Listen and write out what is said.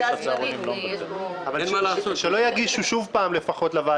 שלא יגישו עוד רשימות לאישור מוסדות